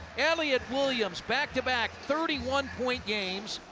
elliot williams back-to-back thirty one point games.